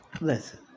Listen